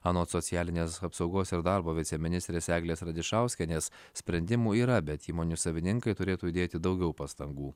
anot socialinės apsaugos ir darbo viceministrės eglės radišauskienės sprendimų yra bet įmonių savininkai turėtų įdėti daugiau pastangų